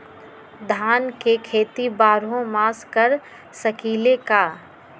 धान के खेती बारहों मास कर सकीले का?